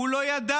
הוא לא ידע.